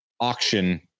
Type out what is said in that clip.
auction